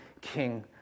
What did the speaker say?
king